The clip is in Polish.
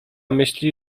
myśli